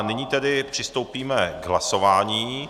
Nyní tedy přistoupíme k hlasování.